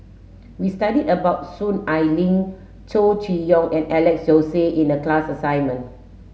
we studied about Soon Ai Ling Chow Chee Yong and Alex Josey in the class assignment